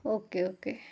okay okay